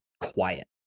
quiet